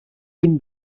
bin